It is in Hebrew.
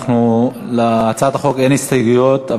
להצעת החוק אין הסתייגויות,